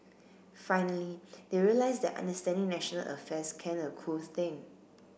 finally they realise that understanding national affairs can a cool thing